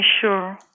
Sure